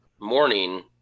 morning